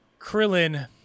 Krillin